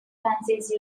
francis